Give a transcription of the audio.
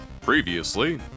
Previously